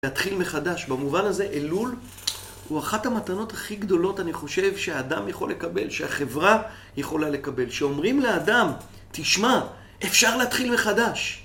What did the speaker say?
להתחיל מחדש, במובן הזה אלול הוא אחת המתנות הכי גדולות אני חושב שהאדם יכול לקבל, שהחברה יכולה לקבל שאומרים לאדם, תשמע, אפשר להתחיל מחדש